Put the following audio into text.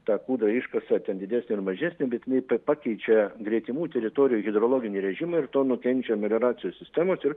tą kūdrą iškasa ten didesnę ar mažesnę bet jinai pakeičia gretimų teritorijų hidrologinį režimą ir to nukenčia melioracijos sistemos ir